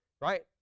Right